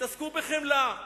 שיתעסקו בחמלה.